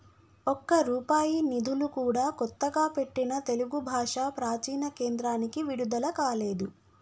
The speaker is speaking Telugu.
ఒక్క రూపాయి నిధులు కూడా కొత్తగా పెట్టిన తెలుగు భాషా ప్రాచీన కేంద్రానికి విడుదల కాలేదు